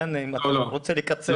אם אתה רוצה לקצר.